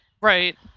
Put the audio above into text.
Right